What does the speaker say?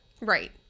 Right